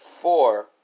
four